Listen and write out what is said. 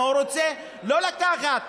מה הוא רוצה לא לקחת.